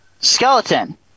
skeleton